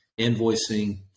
invoicing